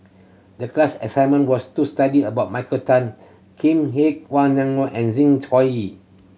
the class assignment was to study about Michael Tan Kim Nei Aline Wong and Zeng Shouyin